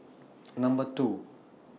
Number two